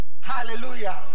Hallelujah